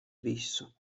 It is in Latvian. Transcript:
visu